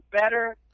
better